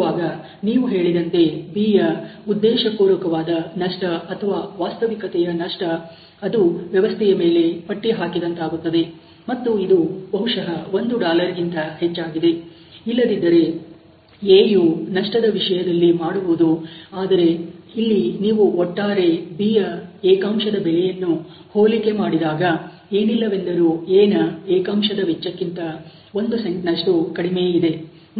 ಹೀಗಿರುವಾಗ ನೀವು ಹೇಳಿದಂತೆ B'ಯ ಉದ್ದೇಶಪೂರ್ವಕವಾದ ನಷ್ಟ ಅಥವಾ ವಾಸ್ತವಿಕತೆಯ ನಷ್ಟ ಅದು ವ್ಯವಸ್ಥೆಯ ಮೇಲೆ ಪಟ್ಟಿ ಹಾಕಿದಂತಾಗುತ್ತದೆ ಮತ್ತು ಇದು ಬಹುಶಹ ಒಂದು ಗಿಂತ ಹೆಚ್ಚಾಗಿದೆ ಇಲ್ಲದಿದ್ದರೆ A ಯು ನಷ್ಟದ ವಿಷಯದಲ್ಲಿ ಮಾಡುವುದು ಆದರೆ ಇಲ್ಲಿ ನೀವು ಒಟ್ಟಾರೆ B ಯ ಏಕಾಂಶದ ಬೆಲೆಯನ್ನು ಹೋಲಿಕೆ ಮಾಡಿದಾಗ ಏನಿಲ್ಲವೆಂದರೂ A'ನ ಏಕಾಂಶದ ವೆಚ್ಚಕ್ಕಿಂತ ಒಂದು ಸೆಂಟ್ ನಷ್ಟು ಕಡಿಮೆ ಇದೆ